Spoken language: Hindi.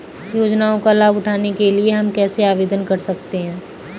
योजनाओं का लाभ उठाने के लिए हम कैसे आवेदन कर सकते हैं?